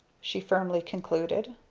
she firmly concluded.